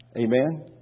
Amen